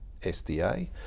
SDA